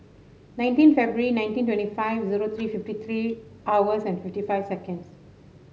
nineteen February nineteen twenty five zero three fifty three hours and fifty five seconds